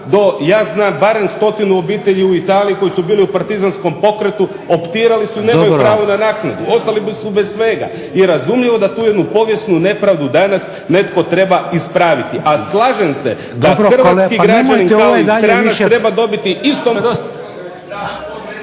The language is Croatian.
do ja znam barem 100 obitelji u Italiji koji su bili u partizanskom pokretu optirali su i nemaju pravo na naknadu ostali su bez svega. I razumljivo da tu jednu povijesnu nepravdu danas netko treba ispraviti. A slaže se da hrvatski građani. .../Govornici govore u isti